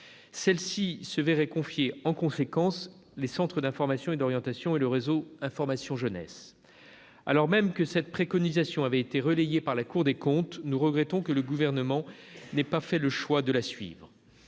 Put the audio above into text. celles-ci se verraient confier, en conséquence, les centres d'information et d'orientation et le réseau information jeunesse. Alors même que cette préconisation avait été relayée par la Cour des comptes, nous regrettons que le Gouvernement n'ait pas fait le choix de la suivre.